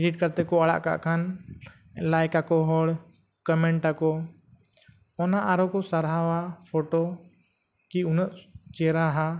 edit ᱠᱟᱛᱮᱫ ᱠᱚ ᱟᱲᱟᱜ ᱠᱟᱜ ᱠᱷᱟᱱ ᱞᱟᱹᱭᱤᱠ ᱟᱠᱚ ᱦᱚᱲ ᱠᱚᱢᱮᱱᱴ ᱟᱠᱚ ᱚᱱᱟ ᱟᱨᱦᱚᱸ ᱠᱚ ᱥᱟᱨᱦᱟᱣᱟ ᱯᱷᱳᱴᱳ ᱠᱤ ᱩᱱᱟᱹᱜ ᱪᱮᱦᱨᱦᱟᱦᱟ